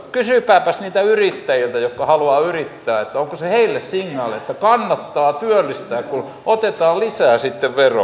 kysykääpäs niiltä yrittäjiltä jotka haluavat yrittää onko se heille signaali että kannattaa työllistää kun otetaan lisää sitten veroa